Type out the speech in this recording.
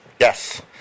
yes